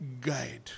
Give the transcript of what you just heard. guide